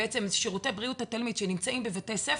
שהם שירותי בריאות לתלמיד שנמצאים בבתי ספר,